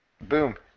boom